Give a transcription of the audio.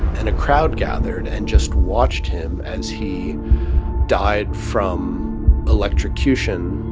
and a crowd gathered and just watched him as he died from electrocution,